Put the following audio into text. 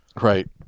Right